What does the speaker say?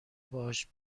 باهاش